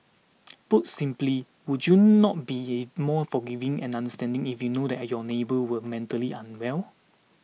put simply would you not be more forgiving and understanding if you knew that your neighbour was mentally unwell